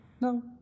No